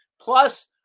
Plus